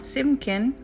Simkin